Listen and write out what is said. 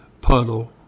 puddle